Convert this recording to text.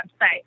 website